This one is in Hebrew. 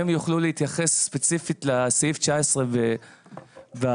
אם הם יוכלו להתייחס ספציפית לסעיף 19 וההסכמים